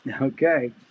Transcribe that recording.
Okay